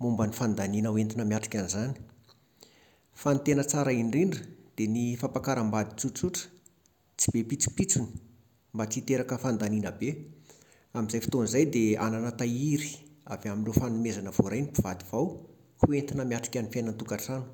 momba ny fandaniana ho entina miatrika an'izany. Fa ny tena tsara indrindra dia ny fampakarambady tsotsotra, tsy be pitsopitsony, mba tsy hiteraka fandaniana be. Amin'izay fotoana izay dia hanana tahiry avy amin'ireo fanomezana voaray ny mpivady vao ho entina miatrika ny fiainan-tokantrano.